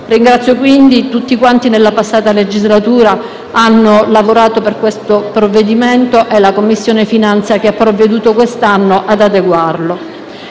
Ringrazio tutti coloro che nella passata legislatura hanno lavorato per questo provvedimento e la Commissione finanze che ha provveduto quest'anno ad adeguarlo.